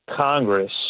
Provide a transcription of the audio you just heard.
Congress